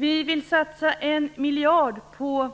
Vi vill satsa en miljard på